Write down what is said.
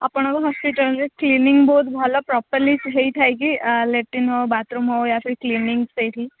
ଆପଣଙ୍କ ହସ୍ପିଟାଲ୍ରେ କ୍ଲିନିଂ ବହୁତ ଭଲ ପ୍ରପର୍ଲି ହେଇଥାଏ କି ଆ ଲାଟ୍ରିନ୍ ହଉ ବାଥରୁମ୍ ହଉ କ୍ଲିନିଂ ସେଇଠି